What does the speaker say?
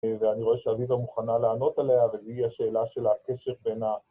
‫ואני רואה שאביבה מוכנה לענות עליה, ‫והיא השאלה של הקשר בין ה...